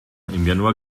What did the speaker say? januar